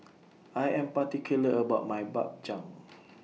I Am particular about My Bak Chang